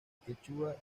quechua